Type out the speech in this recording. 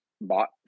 bought